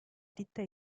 ditta